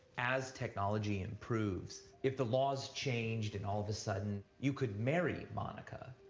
as technology improves, if the laws changed and all of a sudden you could marry monica,